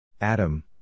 Adam